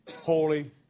holy